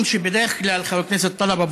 (אומר בערבית: אתה הלחצת כמה אנשים.) (אומר